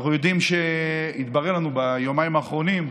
אנחנו יודעים, התברר לנו ביומיים האחרונים,